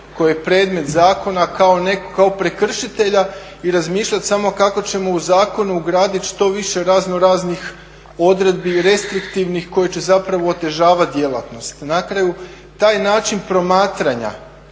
koji je predmet zakona kao prekršitelja i razmišljati samo kako ćemo u zakonu ugraditi što više raznoraznih odredbi restriktivnih koje će zapravo otežavati djelatnost. Na kraju, taj način promatranja,